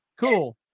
Cool